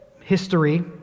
history